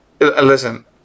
Listen